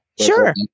Sure